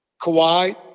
Kawhi